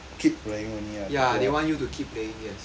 ya they want you to keep playing yes